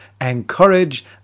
encourage